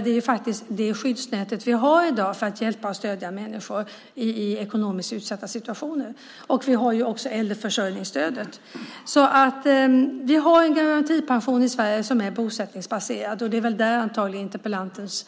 Det är ju faktiskt det skyddsnät vi har i dag för att hjälpa och stödja människor i ekonomiskt utsatta situationer. Vi har ju också äldreförsörjningsstödet. Vi har en garantipension i Sverige som är bosättningsbaserad, och det är väl antagligen där interpellantens